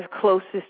closest